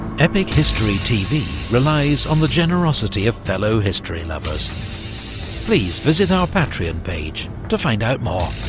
epic history tv relies on the generosity of fellow history lovers please visit our patreon page to find out more.